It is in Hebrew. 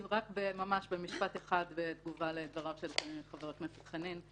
במשפט אחד בתגובה לדבריו של חבר הכנסת חנין.